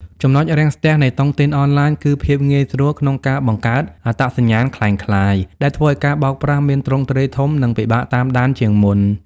ចំណុចរាំងស្ទះនៃតុងទីនអនឡាញគឺ "ភាពងាយស្រួលក្នុងការបង្កើតអត្តសញ្ញាណក្លែងក្លាយ" ដែលធ្វើឱ្យការបោកប្រាស់មានទ្រង់ទ្រាយធំ និងពិបាកតាមដានជាងមុន។